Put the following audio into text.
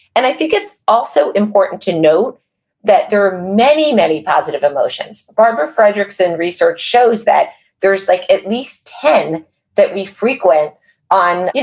and i think it's also important to note that there are many, many positive emotions barbera fredrickson research shows that there's like at least ten that we frequent on, yeah